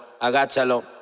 agáchalo